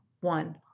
one